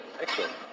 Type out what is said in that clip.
Excellent